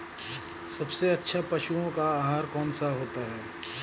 सबसे अच्छा पशुओं का आहार कौन सा होता है?